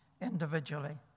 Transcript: individually